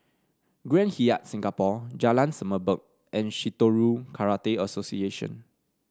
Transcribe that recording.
Grand Hyatt Singapore Jalan Semerbak and Shitoryu Karate Association